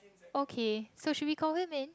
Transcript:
okay so should we call him in